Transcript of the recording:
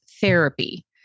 therapy